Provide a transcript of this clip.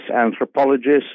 anthropologists